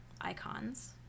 icons